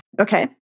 Okay